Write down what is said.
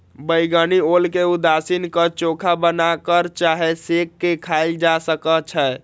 बइगनी ओल के उसीन क, चोखा बना कऽ चाहे सेंक के खायल जा सकइ छै